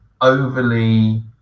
overly